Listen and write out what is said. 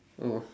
oh